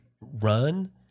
run